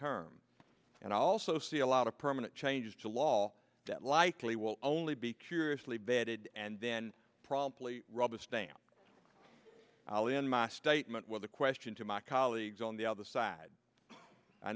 term and i also see a lot of permanent changes to law that likely will only be curiously bad and then promptly rubberstamp all in my statement with a question to my colleagues on the other side i